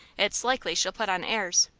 it's likely she'll put on airs.